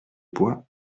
bois